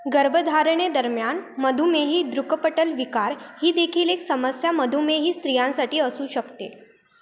गर्भधारणेदरम्यान मधुमेही दृकपटल विकार ही देखील एक समस्या मधुमेही स्त्रियांसाठी असू शकते